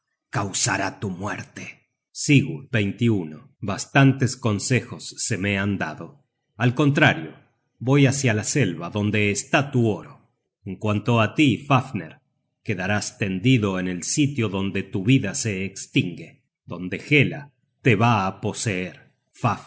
causará tu muerte sigurd bastantes consejos se me han dado al contrario voy hácia la selva donde está tu oro en cuanto á tí fafner quedarás tendido en el sitio donde tu vida se estingue donde hela te va á poseer